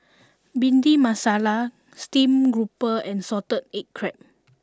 Bhindi Masala Stream Grouper and Salted Egg Crab